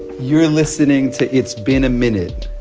you're listening to it's been a minute